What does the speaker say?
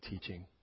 teaching